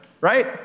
right